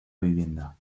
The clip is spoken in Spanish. vivienda